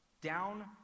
down